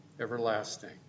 everlasting